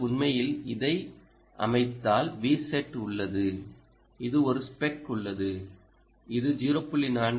நீங்கள் உண்மையில் இதை அமைத்தால் Vset உள்ளது இது ஒரு ஸ்பெக் உள்ளது இது 0